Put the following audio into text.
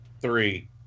Three